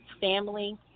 family